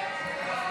התקבלה.